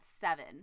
seven